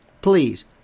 please